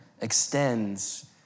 extends